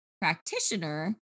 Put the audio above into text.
practitioner